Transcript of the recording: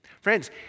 Friends